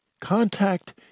Contact